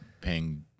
paying